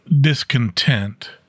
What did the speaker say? discontent